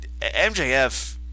MJF